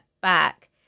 back